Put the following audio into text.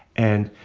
and,